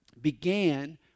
began